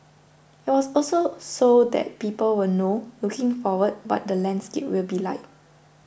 it was also so that people will know looking forward what the landscape will be like